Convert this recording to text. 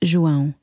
João